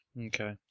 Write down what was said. Okay